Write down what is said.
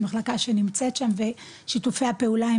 היא מחלקה שנמצאת שם ושיתופי הפעולה הם